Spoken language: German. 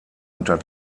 unter